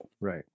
Right